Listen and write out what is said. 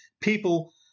people